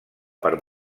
per